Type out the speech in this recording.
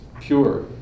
pure